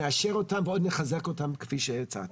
נאשר אותם ועוד נחזק אותם כפי שהצעתי.